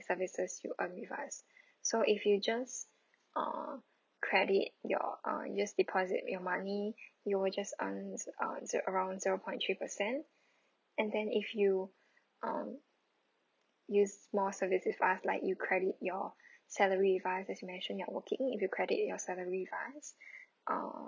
services you earn with us so if you just uh credit your uh just deposit your money you will just earn uh around zero point three percent and then if you um use small service with us like you credit your salary with us as you mentioned you're working if you credit your salary with us ah